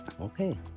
okay